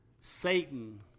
Satan